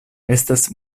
estas